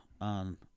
on